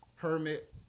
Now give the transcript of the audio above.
Hermit